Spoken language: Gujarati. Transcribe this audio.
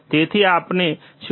તેથી આપણે શું કરી શકીએ